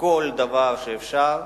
כל דבר שאפשר,